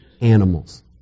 animals